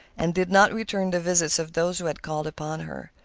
and did not return the visits of those who had called upon her.